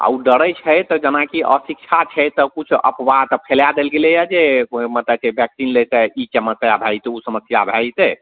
आओर उ डरय छै तऽ जेनाकि अशिक्षा छै तऽ किछु अपवाह तऽ फैला देल गेलइए जे मतलब वैक्सीन लेतय ई समस्या भए जेतय उ समस्या भए जेतय